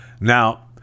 now